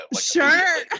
Sure